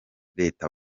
leta